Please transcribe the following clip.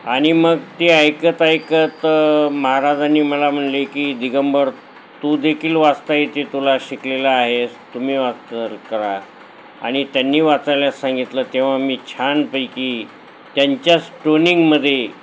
आणि मग ते ऐकत ऐकत महाराजांनी मला म्हणाले की दिगंबर तू देखील वाचता येते तुला शिकलेला आहेस तुम्ही वाचन करा आणि त्यांनी वाचायला सांगितलं तेव्हा मी छानपैकी त्यांच्याच टोनिंगमध्ये